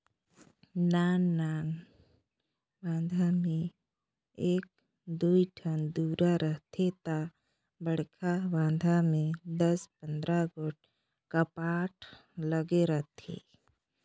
नान नान बांध में एक दुई ठन दुरा रहथे ता बड़खा बांध में दस पंदरा गोट कपाट लगे रथे